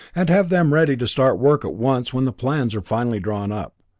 and have them ready to start work at once when the plans are finally drawn up.